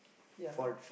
ya